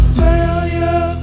failure